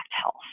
health